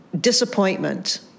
Disappointment